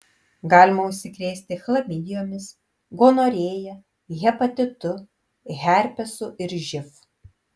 galima užsikrėsti chlamidijomis gonorėja hepatitu herpesu ir živ